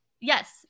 Yes